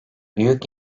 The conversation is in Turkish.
büyük